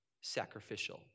sacrificial